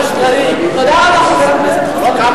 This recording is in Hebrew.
תודה רבה, חבר הכנסת חסון.